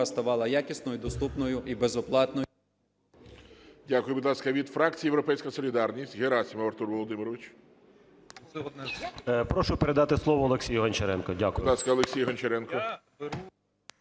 ставала якісною, доступною і безоплатною.